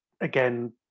again